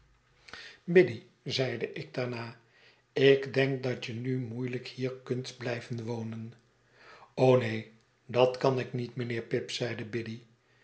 biddy zeide ik daarna ik denk dat je nu moeieltjk hier kunt blijven wonen neen dat kan ik niet mijnheer pip zeide biddy